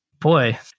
Boy